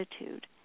attitude